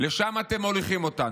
לשם אתם מוליכים אותנו.